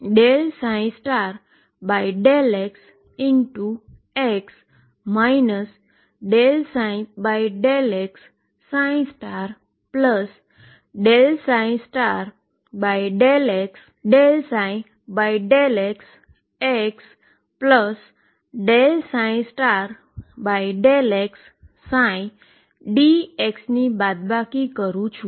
તેથી હું iℏ2m∫ માથી ∫ ∂ψ∂x∂xx ∂ψ∂x∂x∂ψ∂xx∂xdx ની બાદબાકી કરું છું